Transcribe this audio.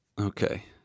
okay